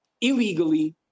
illegally